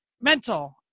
mental